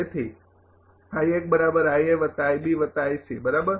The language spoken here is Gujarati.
તેથી બરાબર